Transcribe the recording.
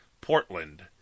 Portland